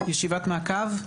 ישיבת מעקב?